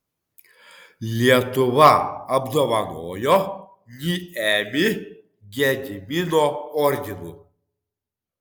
lietuva apdovanojo niemį gedimino ordinu